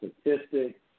statistics